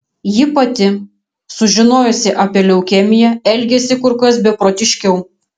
ji pati sužinojusi apie leukemiją elgėsi kur kas beprotiškiau